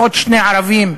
פחות שני ערבים.